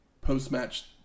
post-match